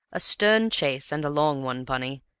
a stern chase and a long one, bunny,